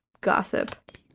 gossip